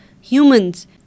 Humans